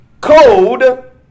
code